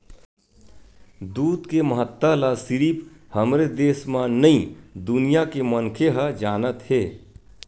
दूद के महत्ता ल सिरिफ हमरे देस म नइ दुनिया के मनखे ह जानत हे